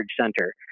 Center